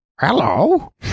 Hello